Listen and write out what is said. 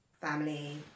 family